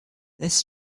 this